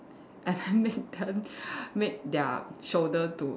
and then make them make their shoulders to